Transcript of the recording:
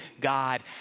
God